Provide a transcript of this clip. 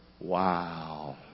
Wow